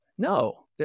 No